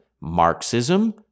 Marxism